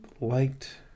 liked